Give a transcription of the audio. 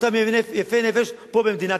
אותם יפי נפש פה,